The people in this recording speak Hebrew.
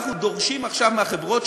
אנחנו דורשים עכשיו מהחברות,